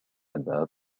الباب